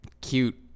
cute